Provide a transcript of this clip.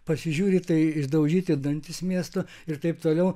pasižiūri tai išdaužyti dantys miesto ir taip toliau